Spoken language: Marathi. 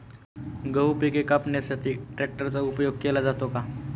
गहू पिके कापण्यासाठी ट्रॅक्टरचा उपयोग केला जातो का?